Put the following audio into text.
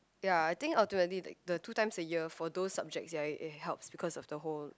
ya I think ultimately the the two times a year for those subjects ya it helps because of the whole